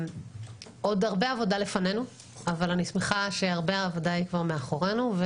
עוד הרבה עבודה לפנינו אבל אני שמחה שהרבה מהעבודה כבר מאחורינו.